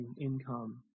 income